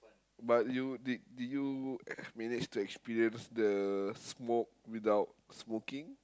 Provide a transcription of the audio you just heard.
but you did did you uh manage to experience the smoke without smoking